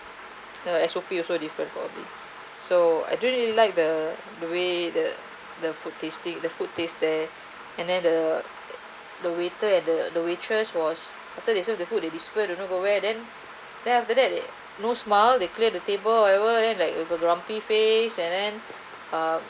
the S_O_P also different for a bit so I don't really like the the way the the food tasting the food taste there and then the the waiter and the the waitress was after they serve the food they disappear don't know go where then then after that they no smile they clear the table whatever then like with a grumpy face and then uh